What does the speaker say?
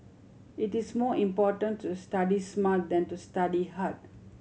it is more important to study smart than to study hard